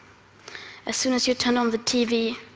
as soon as you'd turn on the tv,